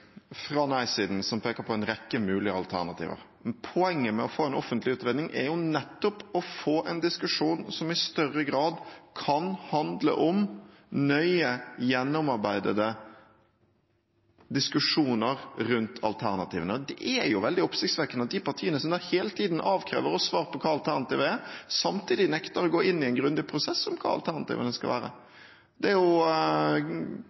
fra nei-siden som peker på en rekke mulige alternativer. Poenget med å få en offentlig utredning er nettopp å få en diskusjon som i større grad kan handle om nøye gjennomarbeidede diskusjoner rundt alternativene. Det er jo veldig oppsiktsvekkende at de partiene som hele tiden avkrever oss svar på hva alternativene er, samtidig nekter å gå inn i en grundig prosess om hva alternativene skal